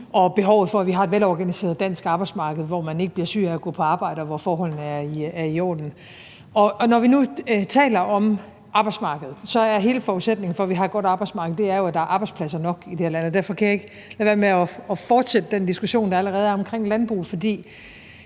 og behovet for, at vi har et velorganiseret dansk arbejdsmarked, hvor man ikke bliver syg af at gå på arbejde, og hvor forholdene er i orden. Når vi nu taler om arbejdsmarkedet, er hele forudsætningen for, at vi har et godt arbejdsmarked, jo, at der er arbejdspladser nok i det her land. Og derfor kan jeg ikke lade være med at fortsætte den diskussion, der allerede foregår, om landbruget, for